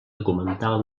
documental